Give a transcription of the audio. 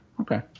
Okay